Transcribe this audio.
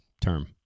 term